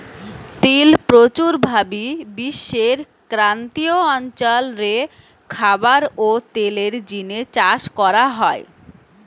তিল প্রচুর ভাবি বিশ্বের ক্রান্তীয় অঞ্চল রে খাবার ও তেলের জিনে চাষ করা হয়